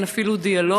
אין אפילו דיאלוג,